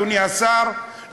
אדוני השר,